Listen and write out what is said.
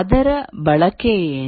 ಅದರ ಬಳಕೆ ಏನು